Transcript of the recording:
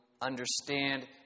understand